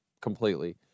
completely